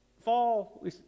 fall